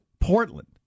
Portland